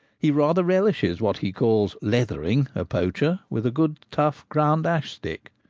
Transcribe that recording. he rather relishes what he calls leathering a poacher with a good tough ground-ash stick.